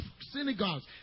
synagogues